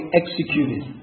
executed